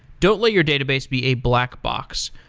don't let your database be a black box.